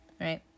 right